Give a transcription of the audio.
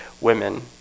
women